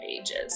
ages